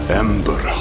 ember